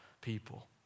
people